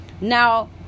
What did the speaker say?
now